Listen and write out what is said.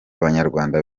n’abanyarwanda